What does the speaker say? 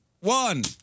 One